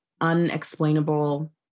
unexplainable